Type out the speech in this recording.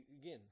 again